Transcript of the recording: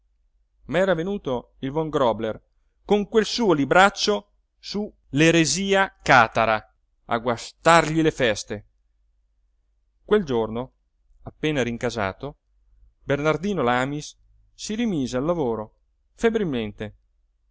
ma era venuto il von grobler con quel suo libraccio su l'eresia catara a guastargli le feste quel giorno appena rincasato bernardino lamis si rimise al lavoro febbrilmente